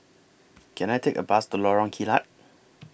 Can I Take A Bus to Lorong Kilat